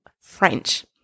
French